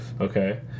okay